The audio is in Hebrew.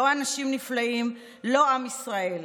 לא אנשים נפלאים, לא עמישראל.